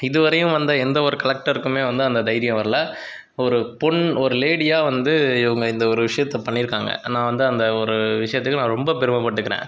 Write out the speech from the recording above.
இதுவரையும் வந்த எந்த ஒரு கலெக்டர்க்குமே வந்து அந்த தைரியம் வரல ஒரு பெண் ஒரு லேடியாக வந்து இவங்க இந்த ஒரு விஷயத்தை பண்ணியிருக்காங்க நான் வந்த அந்த ஒரு விஷயத்துக்கு ரொம்ப பெருமைபட்டுக்குறேன்